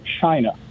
China